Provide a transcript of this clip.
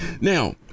Now